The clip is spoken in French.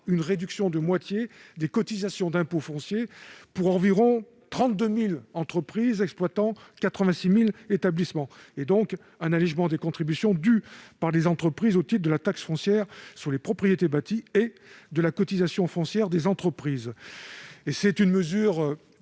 une réduction de moitié des cotisations d'impôts fonciers pour environ 32 000 entreprises exploitant 86 000 établissements, et par un allègement des contributions dues par les entreprises au titre de la taxe foncière sur les propriétés bâties, la TFPB, et de la cotisation foncière des entreprises, la CFE. Cette mesure